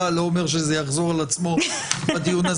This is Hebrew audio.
לא אומר שזה יחזור על עצמו בדיון הזה.